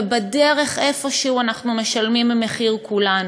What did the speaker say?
ובדרך איפשהו אנחנו משלמים מחיר כולנו,